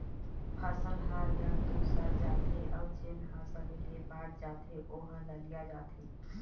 फसल ह य तो सर जाथे अउ जेन ह सरे ले बाच जाथे ओ ह ललिया जाथे